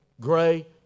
gray